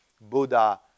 Buddha